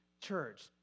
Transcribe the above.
church